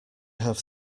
have